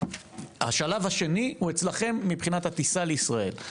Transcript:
השלב השני הוא אצלכם מבחינת הטיסה לישראל,